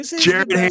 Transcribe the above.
jared